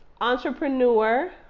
entrepreneur